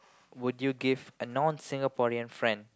would you give a non Singaporean friend